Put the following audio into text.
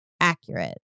accurate